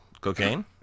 cocaine